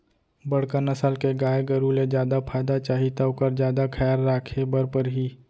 बड़का नसल के गाय गरू ले जादा फायदा चाही त ओकर जादा खयाल राखे बर परही